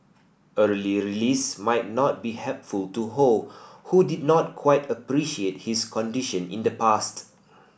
early release might not be helpful to Ho who did not quite appreciate his condition in the past